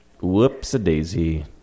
Whoops-a-daisy